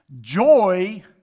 joy